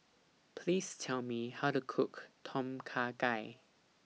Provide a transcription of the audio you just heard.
Please Tell Me How to Cook Tom Kha Gai